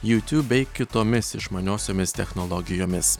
youtube bei kitomis išmaniosiomis technologijomis